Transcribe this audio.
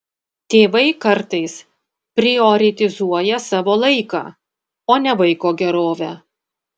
tėvai kartais prioritizuoja savo laiką o ne vaiko gerovę